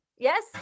Yes